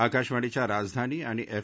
आकाशवाणीच्या राजधानी आणि एफ